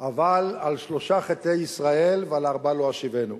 אבל על שלושה חטאי ישראל ועל ארבעה לא אשיבנו.